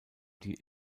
die